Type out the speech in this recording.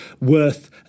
worth